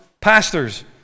pastors